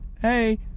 hey